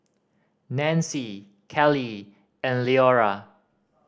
Nancie Kelly and Leora